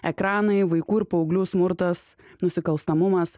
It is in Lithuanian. ekranai vaikų ir paauglių smurtas nusikalstamumas